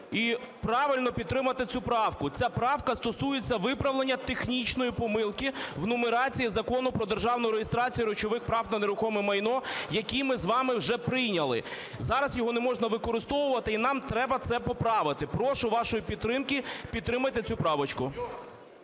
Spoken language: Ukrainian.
і правильно підтримати цю правку. Ця правка стосується виправлення технічної помилки в нумерації Закону "Про державну реєстрацію речових прав на нерухоме майно", які ми з вами вже прийняли. Зараз його не можна використовувати, і нам треба це поправити. Прошу вашої підтримки. Підтримайте цю правку.